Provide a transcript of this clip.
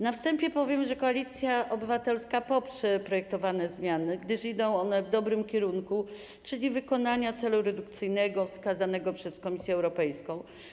Na wstępie powiem, że Koalicja Obywatelska poprze projektowane zmiany, gdyż idą one w dobrym kierunku, czyli w kierunku wykonania celu redukcyjnego wskazanego przez Komisję Europejską.